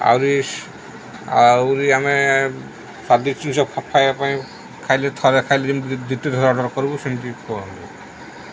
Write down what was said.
ଆହୁରି ଆହୁରି ଆମେ ସ୍ୱାଦିଷ୍ଟ ଜିନିଷ ଖାଇବା ପାଇଁ ଖାଇଲେ ଥରେ ଖାଇଲେ ଯେମିତି ଦ୍ଵିତୀୟ ଥର ଅର୍ଡ଼ର୍ କରିବୁ ସେମିତି କୁହନ୍ତୁ